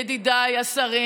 ידידיי השרים,